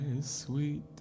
sweet